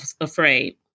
afraid